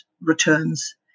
returns